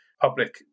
public